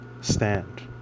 stand